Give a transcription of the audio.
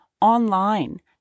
online